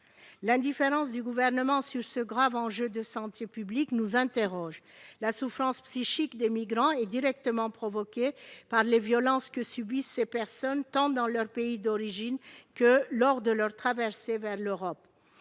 L'indifférence du Gouvernement sur ce grave enjeu de santé publique nous déconcerte. La souffrance psychique des migrants est directement provoquée par les violences que subissent ces personnes, tant dans leurs pays d'origine que lors de leur traversée vers l'Europe.